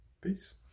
Peace